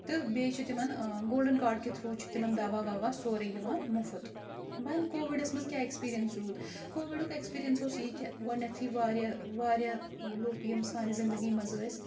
تہٕ بیٚیہِ چھِ تِمَن گولڈَن کاڈ کہِ تھرٛوٗ چھِ تِمَن دَوا وَوا سورُے یِوان مُفت وَنہِ کووِڈَس منٛز کیٛاہ اؠکسپیٖرِیَنس روٗد کووِڈُک اؠکسپیٖرِیَنس اوس یِہِ کہِ گۄڈنؠتھٕے واریاہ واریاہ لُکھ یِم سانہِ زِندگی منٛز ٲسۍ